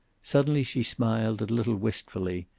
suddenly she smiled a little wistfully,